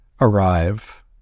arrive